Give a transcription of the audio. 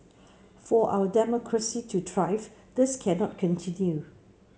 for our democracy to thrive this cannot continue